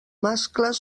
mascles